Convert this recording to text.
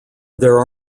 there